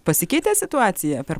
pasikeitė situacija per